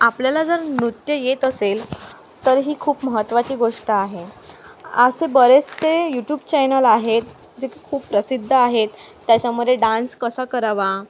आपल्याला जर नृत्य येत असेल तर ही खूप महत्त्वाची गोष्ट आहे असे बरेचसे यूट्यूब चॅनल आहेत जे खूप प्रसिद्ध आहेत त्याच्यामध्ये डान्स कसा करावा